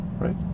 right